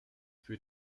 für